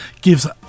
gives